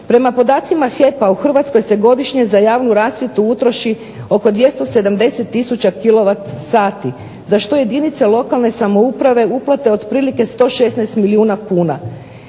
Prema podacima HEP-a u Hrvatskoj se godišnje za javnu rasvjetu utroši oko 270 tisuća kilovat sati za što jedinice lokalne samouprave uplate otprilike 116 milijuna kuna.